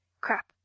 Crap